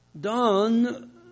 done